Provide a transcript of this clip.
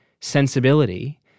sensibility